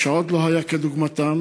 שעוד לא היו כדוגמתן,